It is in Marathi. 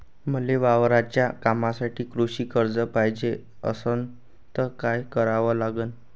मले वावराच्या कामासाठी कृषी कर्ज पायजे असनं त काय कराव लागन?